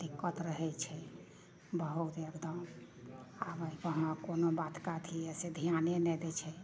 दिक्कत रहै छै बहुत एकदम आबो कहलापर कोनो बात कात मे से ध्याने नहि दै छै